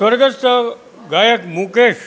સ્વર્ગસ્થ ગાયક મુકેશ